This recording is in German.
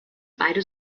beide